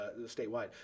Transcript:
statewide